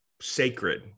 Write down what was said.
sacred